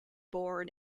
born